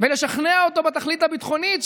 ולשכנע אותו בתכלית הביטחונית,